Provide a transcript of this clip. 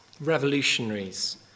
revolutionaries